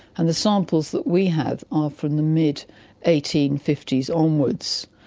and the samples that we have are from the mid eighteen fifty s onwards,